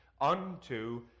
unto